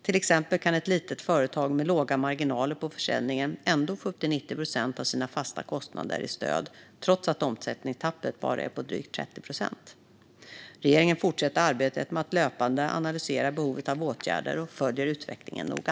Till exempel kan ett litet företag med låga marginaler på försäljningen ändå få upp till 90 procent av sina fasta kostnader i stöd trots att omsättningstappet bara är på drygt 30 procent. Regeringen fortsätter arbetet med att löpande analysera behovet av åtgärder och följer utvecklingen noga.